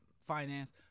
finance